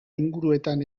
inguruetan